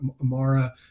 amara